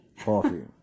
Coffee